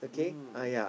mm